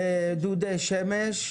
דודי שמש,